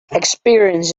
experience